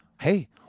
hey